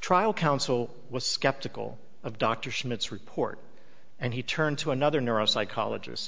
trial counsel was skeptical of dr schmidt's report and he turned to another neuropsychologist